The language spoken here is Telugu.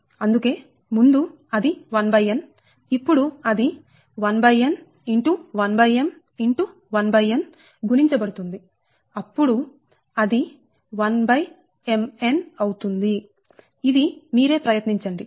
అందుకే ముందు అది 1n ఇప్పుడు అది 1n × 1m × 1n గుణించబడుతుంది అప్పుడు అది 1nm అవుతుంది ఇది మీరే ప్రయత్నించండి